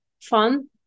fun